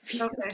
okay